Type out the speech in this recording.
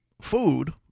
food